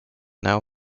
now